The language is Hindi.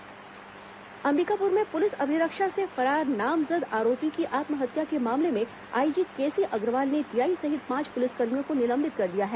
पुलिसकर्मी निलंबित अंबिकापुर में पुलिस अभिरक्षा से फरार नामजद आरोपी की आत्महत्या के मामले में आईजी के सी अग्रवाल ने टीआई सहित पांच पुलिसकर्मियों को निलंबित कर दिया है